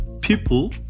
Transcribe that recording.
people